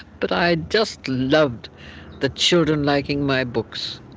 but i just loved the children liking my books.